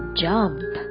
jump